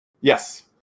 Yes